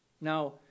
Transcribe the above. Now